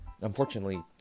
Unfortunately